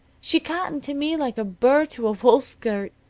she cottoned to me like a burr to a wool skirt.